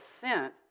sent